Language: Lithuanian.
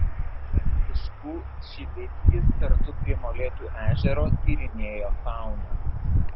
pranciškų šivickis kartu prie molėtų ežero tyrinėjo fauną